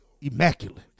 immaculate